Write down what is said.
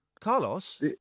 Carlos